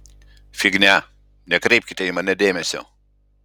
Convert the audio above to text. fignia nekreipkite į mane dėmesio